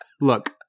Look